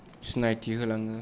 सिनायथि होलाङो